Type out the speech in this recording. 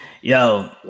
yo